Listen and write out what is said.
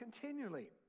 continually